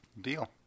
deal